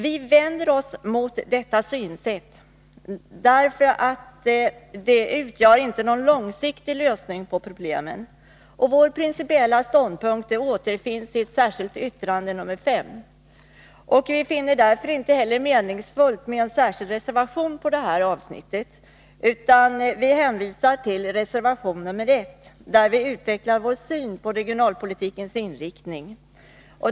Vi vänder oss mot detta synsätt, därför att det inte utgör någon långsiktig lösning på problemen. Vår principiella ståndpunkt återfinns i ett särskilt yttrande nr 5. Vi finner det därför inte heller meningsfullt med en särskild reservation mot förslagen i detta avsnitt, utan jag vill hänvisa till reservation 1 där vi utvecklar vår syn på regionalpolitikens inriktning.